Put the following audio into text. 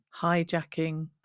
hijacking